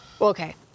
okay